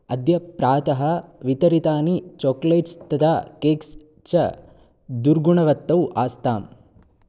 अद्य प्रातः वितरितानि चोकोलेट्स् तथा केक्स् च दुर्गुणवत्तौ आस्ताम्